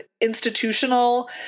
institutional